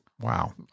Wow